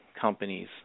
companies